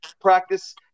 practice